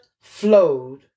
flowed